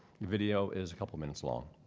video is a couple minutes long.